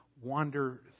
wander